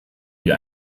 wie